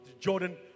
Jordan